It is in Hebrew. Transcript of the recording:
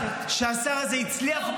לא.